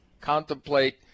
Contemplate